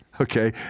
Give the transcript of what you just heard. Okay